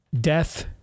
Death